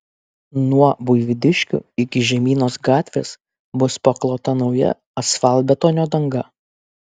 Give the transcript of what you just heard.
nuo buivydiškių iki žemynos gatvės bus paklota nauja asfaltbetonio danga